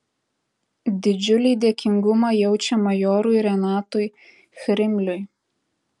didžiulį dėkingumą jaučia majorui renatui chrimliui